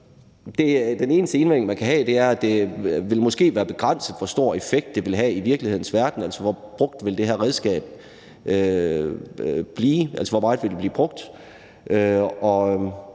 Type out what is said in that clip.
den eneste indvending, man kan have, er, at det måske vil være begrænset, hvor stor en effekt det vil have i virkelighedens verden, altså hvor meget det her redskab vil blive brugt,